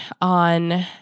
on